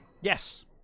Yes